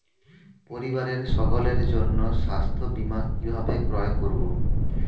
পরিবারের সকলের জন্য স্বাস্থ্য বীমা কিভাবে ক্রয় করব?